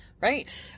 Right